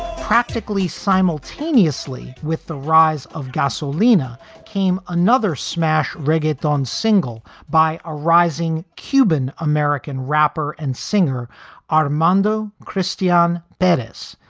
practically simultaneously with the rise of gasolina came another smash reggaeton, single by a rising cuban american rapper and singer armando christiaan bettis,